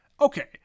Okay